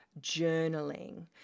journaling